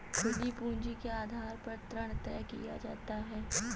खुली पूंजी के आधार पर ऋण तय किया जाता है